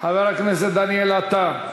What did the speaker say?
חבר הכנסת דניאל עטר.